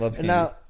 Now